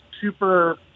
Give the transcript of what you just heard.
super